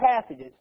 passages